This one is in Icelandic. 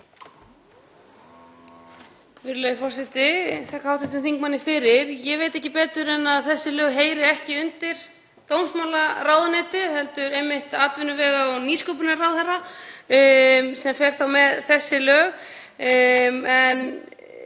fyrir. Ég veit ekki betur en að þessi lög heyri ekki undir dómsmálaráðuneytið heldur einmitt atvinnuvega- og nýsköpunarráðherra sem fer með þessi lög,